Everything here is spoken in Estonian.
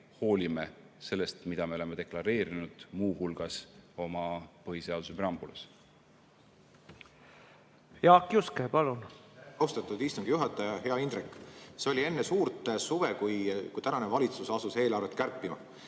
hoolime sellest, mida me oleme deklareerinud muu hulgas oma põhiseaduse preambulis. Jaak Juske, palun! Austatud istungi juhataja! Hea Indrek! See oli enne suurt suve, kui valitsus asus eelarvet kärpima.